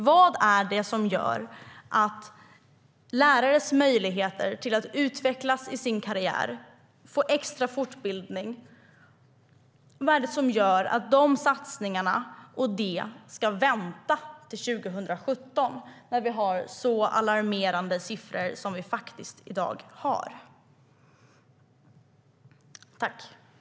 Vad är det som gör att satsningarna på lärares möjligheter att utvecklas i sin karriär och få extra fortbildning ska vänta till 2017 när vi har så alarmerande siffror som vi faktiskt har i dag?